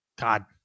God